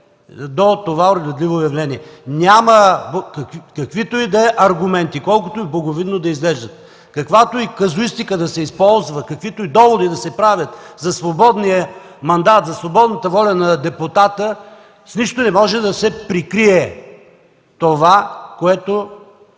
до това уродливо явление. С каквито и аргументи, колкото и благовидно да изглеждат, каквато и казуистика да се използва, каквито и доводи да се правят за свободния мандат, за свободната воля на депутата, няма и с нищо не може да се прикрие това, което